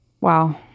Wow